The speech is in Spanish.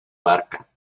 barca